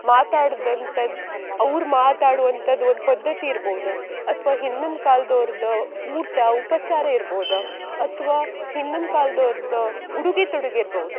ಮಾತಾಡದಂತದ್ದು ಅವ್ರು ಮಾತಾಡುವಂಥದ್ದು ಒಂದು ಪದ್ದತಿ ಇರ್ಬೋದು ಅಥ್ವಾ ಹಿಂದಿನ ಕಾಲ್ದೋರ್ದು ಊಟ ಉಪಚಾರ ಇರ್ಬೋದು ಅಥವಾ ಹಿಂದಿನ ಕಾಲ್ದೋರ್ದು ಉಡುಗೆ ತೊಡುಗೆ ಇರ್ಬೋದು